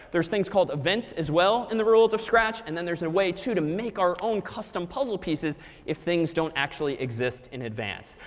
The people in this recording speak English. there's things called events as well in the world of scratch, and then there's a way too, to make our own custom puzzle pieces if things don't actually exist in advance.